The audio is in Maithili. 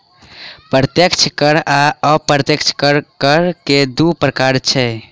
प्रत्यक्ष कर आ अप्रत्यक्ष कर, कर के दू प्रकार छै